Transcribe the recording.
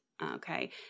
Okay